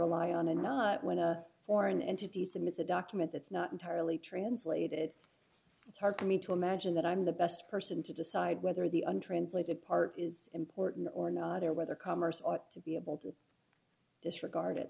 rely on and not when a foreign entity submits a document that's not entirely translated it's hard for me to imagine that i'm the best person to decide whether the untranslated part is important or not or whether commerce ought to be able to disregard